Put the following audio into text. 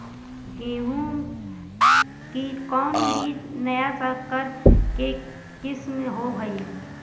गेहू की कोन बीज नया सकर के किस्म होब हय?